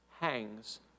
hangs